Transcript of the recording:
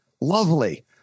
lovely